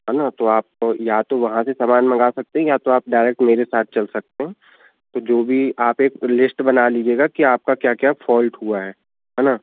है ना तो आप या तो वहाँ से सामान मंगवा सकते हैं या तो आप डायरेक्ट मेरे साथ चल सकते हैं तो जो भी आप एक लिस्ट बना लीजिएगा कि आपका क्या क्या फ़ौल्ट हुआ है है ना